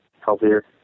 healthier